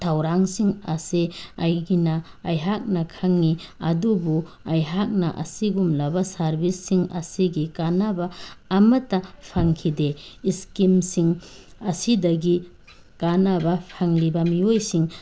ꯊꯧꯔꯥꯡꯁꯤꯡ ꯑꯁꯤ ꯑꯩꯒꯤꯅ ꯑꯩꯍꯥꯛꯅ ꯈꯪꯉꯤ ꯑꯗꯨꯕꯨ ꯑꯩꯍꯥꯛꯅ ꯑꯁꯤꯒꯨꯝꯂꯕ ꯁꯥꯔꯕꯤꯁꯁꯤꯡ ꯑꯁꯤꯒꯤ ꯀꯥꯟꯅꯕ ꯑꯃꯠꯇ ꯐꯪꯈꯤꯗꯦ ꯏꯁꯀꯤꯝꯁꯤꯡ ꯑꯁꯤꯗꯒꯤ ꯀꯥꯟꯅꯕ ꯐꯪꯂꯤꯕ ꯃꯤꯑꯣꯏꯁꯤꯡ